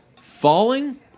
Falling